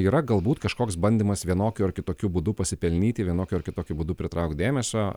yra galbūt kažkoks bandymas vienokiu ar kitokiu būdu pasipelnyti vienokiu ar kitokiu būdu pritraukt dėmesio